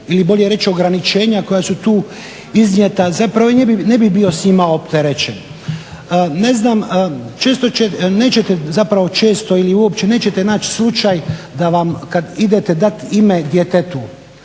ili bolje reći ograničenja koja su tu iznijeta, zapravo ne bi bio s njima opterećen. Ne znam, često nećete zapravo često ili uopće nećete naći slučaj da vam kad idete dati ime djetetu